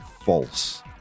false